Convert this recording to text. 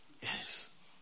Yes